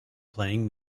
playing